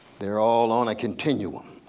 they're all on a continuum,